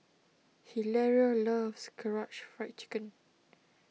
Hilario loves Karaage Fried Chicken